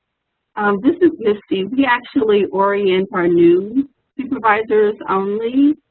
um this is misty. we actually orient our new supervisors only,